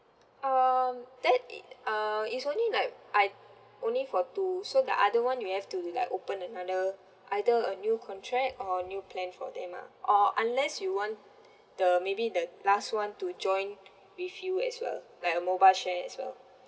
um that it um it's only like I only for two so the other one you have to like open another either a new contract or a new plan for them lah or unless you want the maybe the last one to join with you as well like a mobile share as well